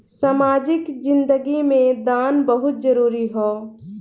सामाजिक जिंदगी में दान बहुत जरूरी ह